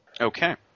Okay